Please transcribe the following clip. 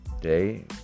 Day